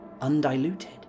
undiluted